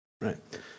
right